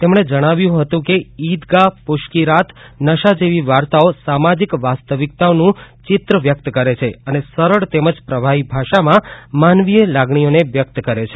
તેમણે જણાવ્યું હતું કે ઈદગાહ પુશ કી રાત નશા જેવી વાર્તાઓ સામાજીક વાસ્તવિકતાનું ચિત્ર વ્યકત કરે છે અને સરળ તેમજ પ્રવાહી ભાષામાં માનવીય લાગણીઓને વ્યકત કરે છે